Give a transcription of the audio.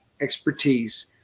expertise